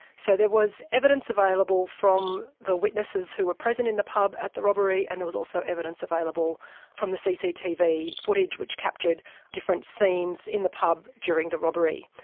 so there was evidence available from the witnesses who were present in the pub at the robbery and there was also evidence available from the cctv footage which captured different scenes in the pub during the robbery.